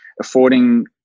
affording